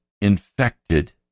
infected